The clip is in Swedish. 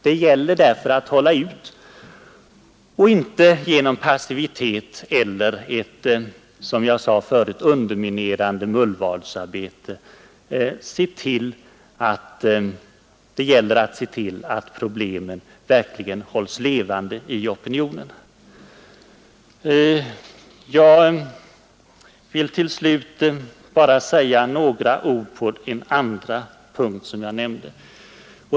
Det gäller därför att hålla ut och inte förfalla till passivitet eller att, som jag sade förut, bedriva ett underminerande mullvadsarbete. Det gäller att se till att problemen hålls levande i opinionen. Jag vill till slut bara säga några ord på en andra punkt.